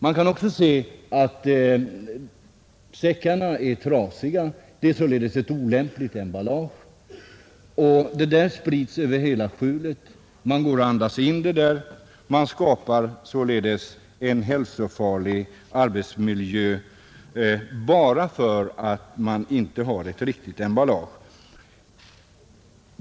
Man kan också se att säckarna är trasiga. Det är således ett olämpligt emballage. Gift sprids över hela skjulet, och man går där och andas in det. Därigenom skapas alltså en hälsofarlig arbetsmiljö bara därför att emballaget inte är riktigt.